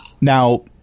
Now